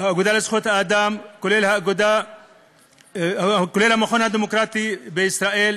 האגודה לזכויות האדם, כולל המכון הדמוקרטי בישראל.